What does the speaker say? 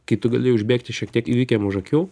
kai tu gali užbėgti šiek tiek įvykiam už akių